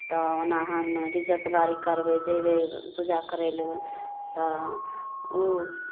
तऽ ओना हम रिजर्व गाड़ी करबै जयबै पूजा करय लए तऽ ओ